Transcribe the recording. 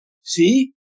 See